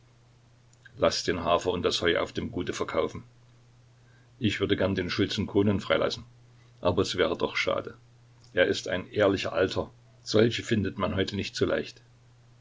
laß den hafer und das heu auf dem gute verkaufen ich würde gerne den schulzen konon freilassen aber es wäre doch schade er ist ein ehrlicher alter solche findet man heute nicht so leicht